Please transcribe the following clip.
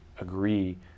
agree